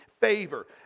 favor